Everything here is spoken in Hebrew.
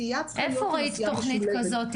איפה ראית תוכנית כזאת?